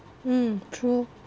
mm true